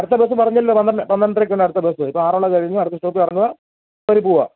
അടുത്ത ബസ്സ് പറഞ്ഞല്ലോ പന്ത്രണ്ട് പന്ത്രണ്ടരക്കാണടുത്ത ബസ്സ് ഇപ്പം ആറന്മുള കഴിഞ്ഞു അടുത്ത സ്റ്റോപ്പിൽ ഇറങ്ങാൻ കയറി പോവാ